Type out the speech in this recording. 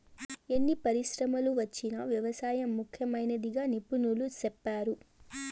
ఎన్ని పరిశ్రమలు వచ్చినా వ్యవసాయం ముఖ్యమైనదిగా నిపుణులు సెప్తారు